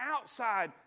outside